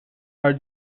are